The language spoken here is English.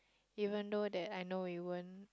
even though that I know it won't